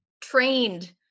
trained